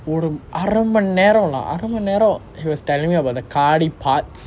ஒரு அரை மணிநேரம்:oru arai manineram lah அரை மணிநேரம்:arai manineram he was telling me about the காடி:kaadi parts